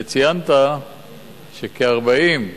וציינת שכ-40,